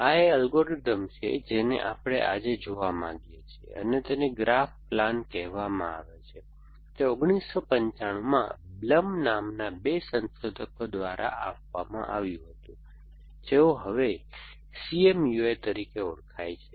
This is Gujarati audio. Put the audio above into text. આ એ એલ્ગોરિધમ છે જેને આપણે આજે જોવા માંગીએ છીએ અને તેને ગ્રાફ પ્લાનકહેવામાં આવે છે તે 1995 માં બ્લમ નામના બે સંશોધકો દ્વારા આપવામાં આવ્યું હતું જેઓ હવે CMUI તરીકે ઑળખાય છે